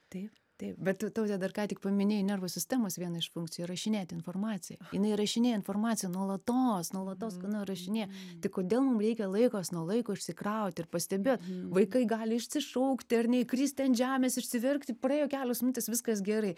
tai taip bet taute dar ką tik paminėjai nervų sistemos vieną iš funkcijų įrašinėti informaciją jinai įrašinėja informaciją nuolatos nuolatos skanuoja įrašinėja tai kodėl mum reikia laikas nuo laiko išsikrauti ir pastebėjot vaikai gali išsišaukti ar ne įkristi ant žemės išsiverkti praėjo kelios minutės viskas gerai